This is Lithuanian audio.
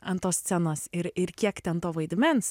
ant tos scenos ir ir kiek ten to vaidmens